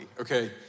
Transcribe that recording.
okay